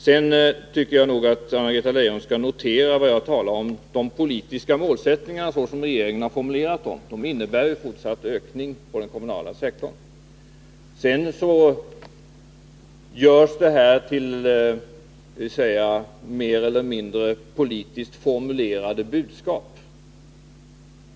Jag tycker vidare att Anna-Greta Leijon skall notera vad jag sade om de politiska målsättningarna, såsom de har formulerats av regeringen. De innebär en fortsatt ökning inom den kommunala sektorn. Denna inriktning görs sedan om till mer eller mindre personligt formulerade budskap.